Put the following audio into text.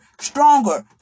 stronger